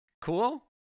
Cool